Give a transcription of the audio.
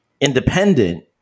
independent